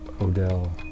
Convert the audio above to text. Odell